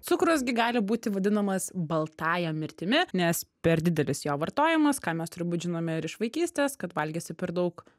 cukrus gi gali būti vadinamas baltąja mirtimi nes per didelis jo vartojimas ką mes turbūt žinome iš vaikystės kad valgysi per daug